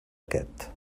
aquest